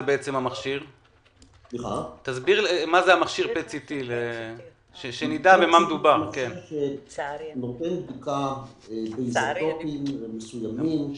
מכשיר PET-CT. זה מכשיר שנותן בדיקה באיזוטופים מסוימים,